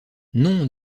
non